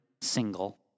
single